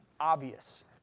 Obvious